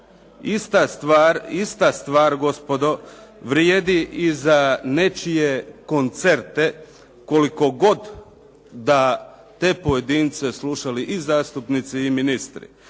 ista stvar gospodo vrijedi i za nečije koncerte koliko god da te pojedince slušali i zastupnici i ministri.